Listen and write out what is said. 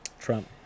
trump